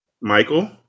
Michael